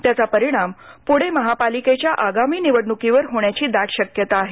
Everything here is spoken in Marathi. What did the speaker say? त्याचा परिणाम पूणे महापालिकेच्या आगामी निवडणुकीवर होण्याची दाट शक्यता आहे